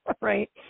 right